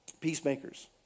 Peacemakers